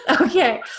Okay